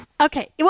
Okay